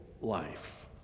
life